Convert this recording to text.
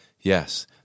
Yes